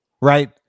Right